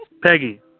Peggy